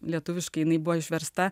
lietuviškai jinai buvo išversta